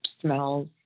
smells